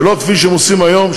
ולא כפי שהם עושים היום,